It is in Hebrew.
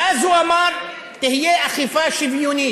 ואז הוא אמר: תהיה אכיפה שוויונית.